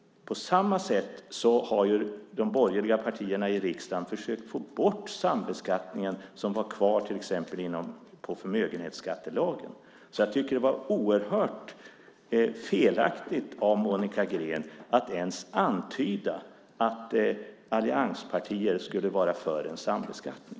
På samma sätt har de borgerliga partierna i riksdagen försökt att få bort den sambeskattning som var kvar till exempel inom förmögenhetsskattelagen. Jag tycker att det var oerhört felaktigt av Monica Green att ens antyda att allianspartier skulle vara för en sambeskattning.